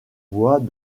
voies